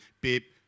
Beep